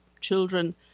children